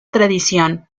tradición